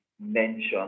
mention